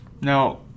Now